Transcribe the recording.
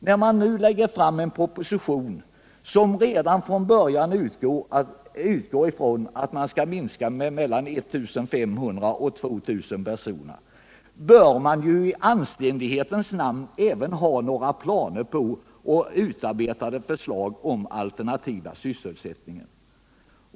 När man nu lägger fram en proposition, som redan från början utgår från en minskning av sysselsättningen med 1500-2000 personer, bör man i anständighetens namn även ha planer och utarbetade förslag på alternativ sysselsättning.